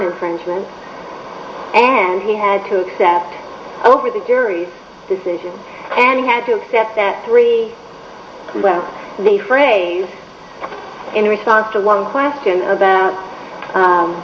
infringement and he has to accept over the jury's decision and he had to accept that three the phrase in response to one question about